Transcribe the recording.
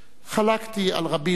חלקתי על רבין אז